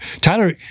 Tyler